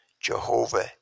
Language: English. Jehovah